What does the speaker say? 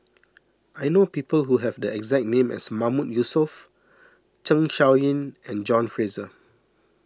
I know people who have the exact name as Mahmood Yusof Zeng Shouyin and John Fraser